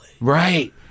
right